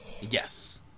Yes